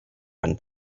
run